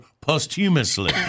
posthumously